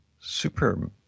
super